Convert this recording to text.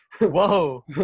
Whoa